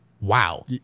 Wow